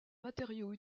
matériaux